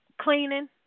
cleaning